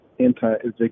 Anti-Eviction